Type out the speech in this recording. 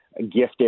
gifted